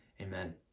Amen